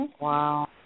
Wow